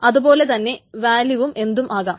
അതു പോലെ തന്നെ വാല്യൂവും എന്തുമാകാം